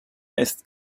ist